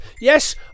yes